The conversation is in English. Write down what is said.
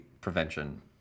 prevention